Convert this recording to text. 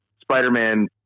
Spider-Man